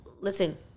Listen